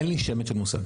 אין לי שמץ של מושג.